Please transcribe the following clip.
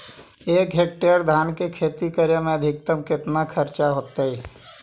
एक हेक्टेयर धान के खेती करे में अधिकतम केतना खर्चा होतइ?